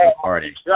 party